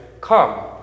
come